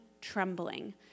trembling